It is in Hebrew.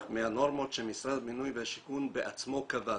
מהנורמות שמשרד הבינוי והשיכון בעצמו קבע.